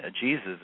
Jesus